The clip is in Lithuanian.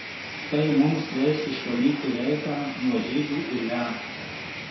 tai mums leis išvalyti reichą nuo žydų ir lenkų